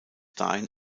dahin